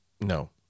No